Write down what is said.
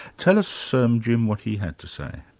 tell us, so um jim, what he had to say.